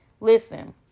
Listen